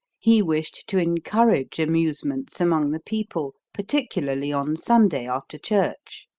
he wished to encourage amusements among the people, particularly on sunday, after church.